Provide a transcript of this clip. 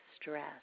stress